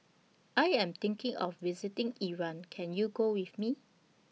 I Am thinking of visiting Iran Can YOU Go with Me